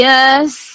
Yes